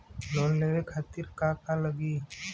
Loan लेवे खातीर का का लगी?